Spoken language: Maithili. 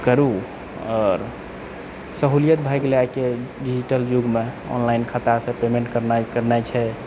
करू आओर सहूलियत भए गेलै आइके डिजिटल जुगमे ऑनलाइन खातासँ पेमेन्ट करनाय केनाय छै